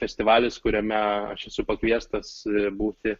festivalis kuriame aš esu pakviestas būti